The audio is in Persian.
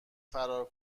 فرار